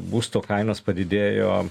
būsto kainos padidėjo